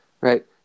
Right